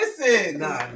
Listen